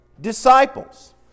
Disciples